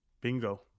Bingo